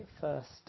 first